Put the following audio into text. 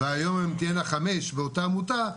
והיום הן תהיינה חמש באותה עמותה,